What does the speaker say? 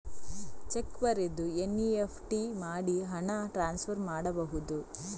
Check ಬರೆದು NEFT ಮಾಡಿ ಹಣ ಟ್ರಾನ್ಸ್ಫರ್ ಮಾಡಬಹುದು?